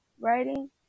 writing